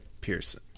Pearson